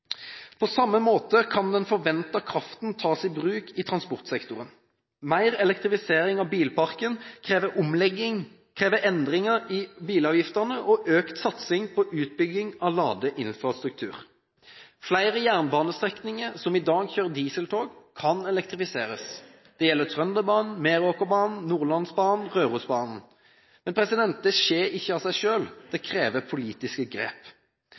På samme måte kan den fornybare kraften tas i bruk i transportsektoren. Mer elektrifisering av bilparken krever endringer i bilavgiftene og økt satsing på utbygging av ladeinfrastruktur. Flere jernbanestrekninger som i dag kjører dieseltog, kan elektrifiseres. Det gjelder Trønderbanen, Meråkerbanen, Nordlandsbanen og Rørosbanen. Det skjer ikke av seg selv – det krever politiske grep.